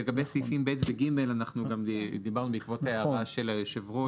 לגבי סעיפים (ב) ו-(ג) דיברנו גם בעקבות הערה של יושב הראש.